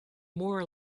more